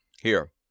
Here